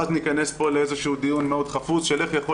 ואז ניכנס פה לאיזה שהוא דיון מאוד חפוז של איך יכול